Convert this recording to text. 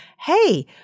hey